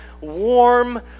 warm